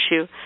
issue